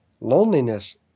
Loneliness